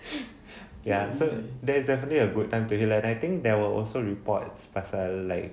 ya so there is definitely a good time today lah I think there were also reports plus err like